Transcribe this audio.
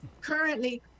currently